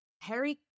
Harry